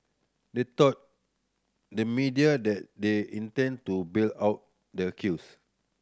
they told the media that they intend to bail out the accused